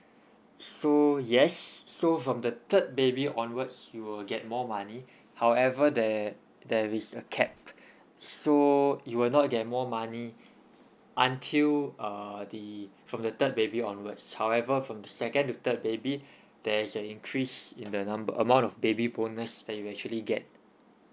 so yes so from the third baby onwards you will get more money however there there is a cap so you will not get more money until uh the from the third baby onwards however from the second to third baby there is an increase in the number amount of baby bonus that you actually get